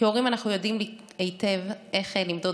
כהורים אנחנו יודעים היטב איך למדוד